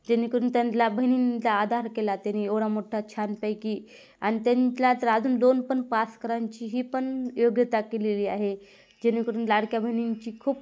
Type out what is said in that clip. जेणेकरून त्यांना बहिणींना आधार केला त्यांनी एवढा मोठा छानपैकी आणि त्यांना तर अजून लोन पण पास करायची ही पण योग्यता केलेली आहे जेणेकरून लाडक्या बहिणींची खूप